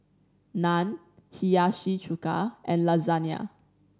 Naan Hiyashi Chuka and Lasagna